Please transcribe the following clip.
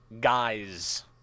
guys